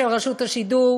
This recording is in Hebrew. של רשות השידור,